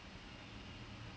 the pain all stopped